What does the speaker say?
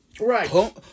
Right